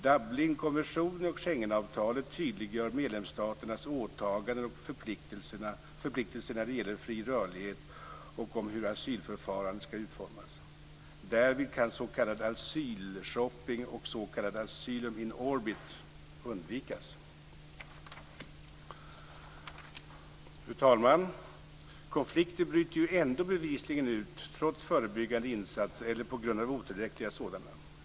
Dublinkonventionen och Schengenavtalet tydliggör medlemsstaternas åtaganden och förpliktelser vad gäller fri rörlighet och om hur asylförfarandet skall utformas. Därmed kan s.k. asylshopping och s.k. Fru talman! Konflikter bryter ju ändå bevisligen ut trots förebyggande insatser eller på grund av otillräckliga sådana.